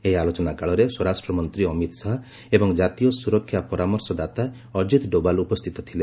ଏହି ଆଲୋଚନାକାଳରେ ସ୍ୱରାଷ୍ଟ୍ରମନ୍ତ୍ରୀ ଅମିତ ଶାହା ଏବଂ ଜାତୀୟ ସୁରକ୍ଷା ପରାମର୍ଶଦାତା ଅକ୍ଷିତ ଡୋବାଲ୍ ଉପସ୍ଥିତ ଥିଲେ